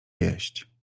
jeść